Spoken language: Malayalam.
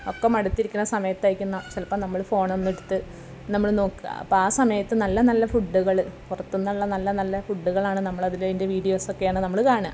ഒക്കെ മടുത്തിരിക്കുന്ന സമയത്തായിരിക്കും ചിലപ്പം നമ്മൾ ഫോണ് ഒന്ന് എടുത്ത് നമ്മൾ നോക്കുക അപ്പം ആ സമയത് നല്ല നല്ല ഫുഡുകൾ പുറത്തുനിന്നുള്ള നല്ല നല്ല ഫുഡ്ഡുകളാണ് നമ്മളത് അതിൻ്റെ വീഡ്യോസ് ഒക്കയാണ് നമ്മൾ കാണുക